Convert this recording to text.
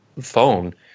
phone